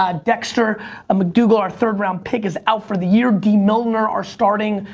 ah dexter mcdougle our third-round pick is out for the year. dee milliner, our starting,